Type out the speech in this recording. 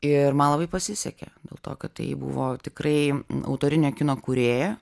ir man labai pasisekė dėl to kad tai buvo tikrai autorinio kino kūrėja